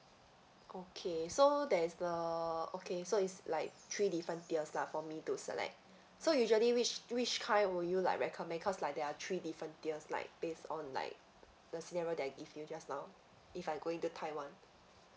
okay so there's uh okay so it's like three different tiers lah for me to select so usually which which kind will you like recommend cause like there are three different tiers like based on like the scenario that I give you just now if I going to taiwan